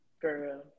Girl